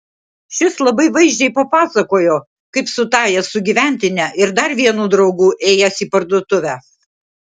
šis labai vaizdžiai papasakojo kaip su tąja sugyventine ir dar vienu draugu ėjęs į parduotuvę